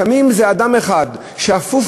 לפעמים אדם אחד שאפוף